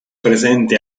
presente